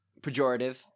Pejorative